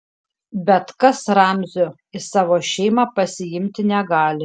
bet kas ramzio į savo šeimą pasiimti negali